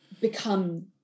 become